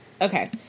Okay